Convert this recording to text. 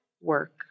work